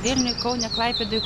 vilniuj kaune klaipėdoj